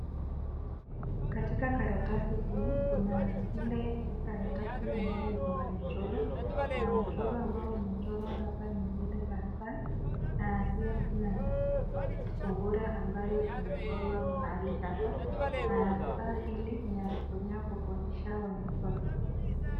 Katika karatasi hii kuna ile karatasi ambayo iko na mchoro na mchoro ambao umechorwa hapa ni lile la saa na pia kuna sungura limechorwa mahali hapa na saa hili ni ya kutumia kufundisha wanafunzi.